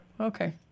okay